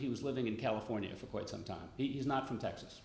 he was living in california for quite some time he's not from texas